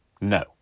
No